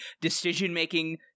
decision-making